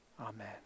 Amen